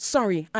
Sorry